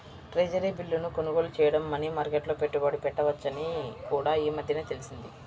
treasury బిల్లును కొనుగోలు చేయడం మనీ మార్కెట్లో పెట్టుబడి పెట్టవచ్చని కూడా ఈ మధ్యనే తెలిసింది